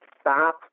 stop